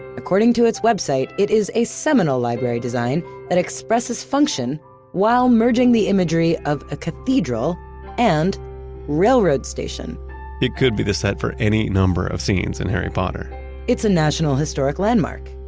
according to its website it is a seminal library design that expresses function while merging the imagery of a cathedral and railroad station it could be the set for any number of scenes in harry potter it's a national historic landmark.